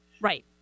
Right